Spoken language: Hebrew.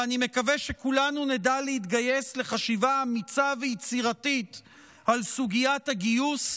ואני מקווה שכולנו נדע להתגייס לחשיבה אמיצה ויצירתית על סוגיית הגיוס,